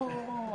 נרוויח מזה.